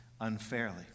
unfairly